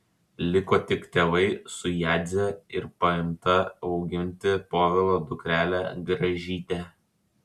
liko tik tėvai su jadze ir paimta auginti povilo dukrele gražyte